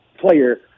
player